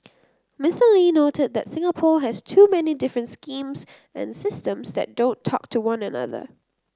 Mister Lee noted that Singapore has too many different schemes and systems that don't talk to one another